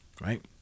Right